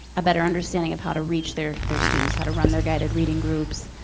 a better understanding of how to reach their their students, how to run their guiding reading groups,